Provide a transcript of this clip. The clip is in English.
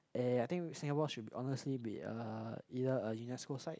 ya ya ya I think Singapore should honestly be a either a Unesco site